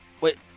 Wait